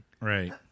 Right